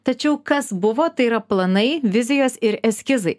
tačiau kas buvo tai yra planai vizijos ir eskizai